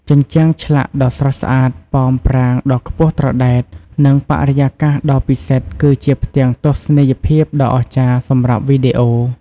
ជញ្ជាំងឆ្លាក់ដ៏ស្រស់ស្អាត ប៉មប្រាង្គដ៏ខ្ពស់ត្រដែត និងបរិយាកាសដ៏ពិសិដ្ឋគឺជាផ្ទាំងទស្សនីយភាពដ៏អស្ចារ្យសម្រាប់វីដេអូ។